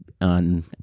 on